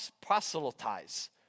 proselytize